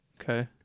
Okay